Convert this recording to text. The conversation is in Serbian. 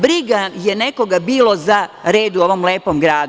Briga je nekoga bilo za red u ovom lepom gradu.